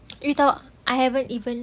you thought I haven't even